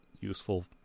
useful